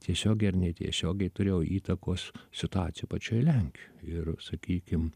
tiesiogiai ar netiesiogiai turėjo įtakos situacija pačioj lenkijoj ir sakykim